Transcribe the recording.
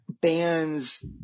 bands